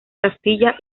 castilla